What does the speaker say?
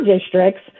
districts